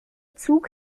zug